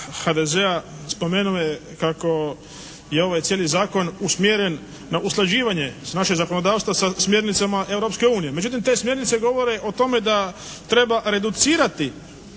HDZ-a spomenuo je kako je ovaj cijeli Zakon usmjeren na usklađivanje našeg zakonodavstva sa smjernicama Europske unije. Međutim, te smjernice govore o tome da treba reducirati